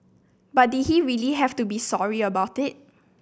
but did he really have to be sorry about it